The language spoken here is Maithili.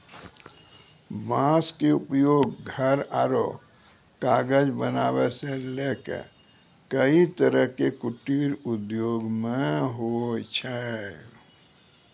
बांस के उपयोग घर आरो कागज बनावै सॅ लैक कई तरह के कुटीर उद्योग मॅ होय छै